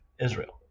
Israel